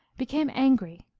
became angry,